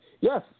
Yes